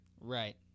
Right